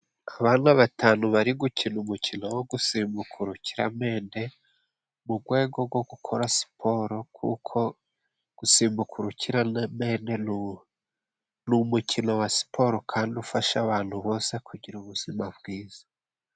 Abana batanu bari gukina umukino wo gusimbuka urukiramende, mu gwego gwo gukora siporo, kuko gusimbuka urukiranemende ni umukino wa siporo kandi ufasha abantu bose kugira ubuzima bwiza.